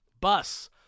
Bus